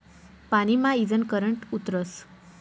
पानी मा ईजनं करंट उतरस